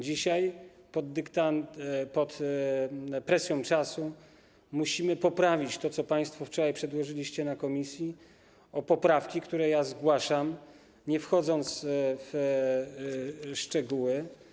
Dzisiaj pod presją czasu musimy poprawić to, co państwo wczoraj przedłożyliście w komisji, o poprawki, które zgłaszam, nie wchodząc w szczegóły.